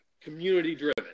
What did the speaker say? community-driven